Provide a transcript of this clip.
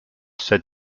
said